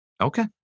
Okay